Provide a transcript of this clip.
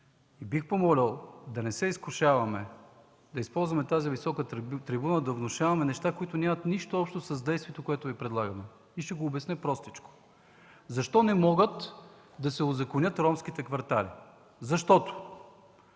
Бих помолил да не се изкушаваме да използваме тази висока трибуна, за да внушаваме неща, които нямат нищо общо с действието, което Ви предлагаме. Ще го обясня простичко. Защо не могат да се узаконят ромските квартали? Защото